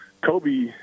Kobe